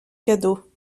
cadeaux